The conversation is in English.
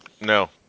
No